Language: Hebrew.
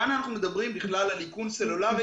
כאן אנחנו מדברים בכלל על איכון סלולרי,